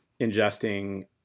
ingesting